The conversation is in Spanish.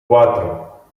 cuatro